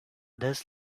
this